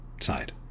side